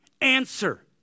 answer